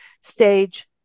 stage